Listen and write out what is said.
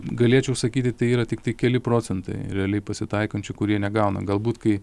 galėčiau sakyti tai yra tiktai keli procentai realiai pasitaikančių kurie negauna galbūt kai